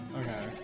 okay